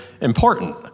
important